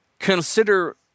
consider